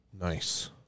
Nice